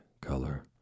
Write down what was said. color